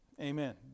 Amen